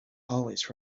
always